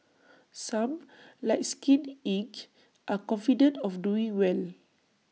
some like skin Inc are confident of doing well